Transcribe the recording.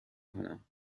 کنم